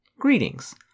Greetings